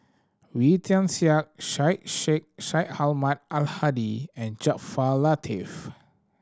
Wee Tian Siak Syed Sheikh Syed Ahmad Al Hadi and Jaafar Latiff